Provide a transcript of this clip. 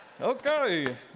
okay